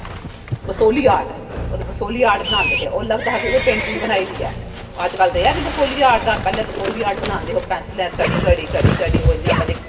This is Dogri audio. बसोली आर्ट ऐ बसोली आर्ट बनांदे है ओह् लगदा हा कि पैटिंग बनाई दी ऐ अजकल ते पता गै नेईं बसोली आर्ट दा पहले बसोली आर्ट बनांदे हे ओह् पैंसिलां घड़ी घड़ी ओह् इयां पैहलें